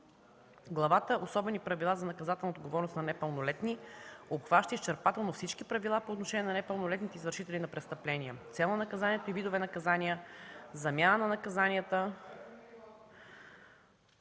Главата „Особени правила за наказателна отговорност на непълнолетни” обхваща изчерпателно всички правила по отношение на непълнолетните извършители на престъпления, цел на наказанията и видове наказания, замяна на наказанията,